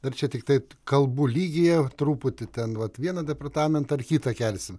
dar čia tiktai kalbų lygyje truputį ten vat vieną departamentą ar kitą kelsim